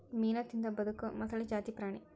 ಮೇನಾ ತಿಂದ ಬದಕು ಮೊಸಳಿ ಜಾತಿ ಪ್ರಾಣಿ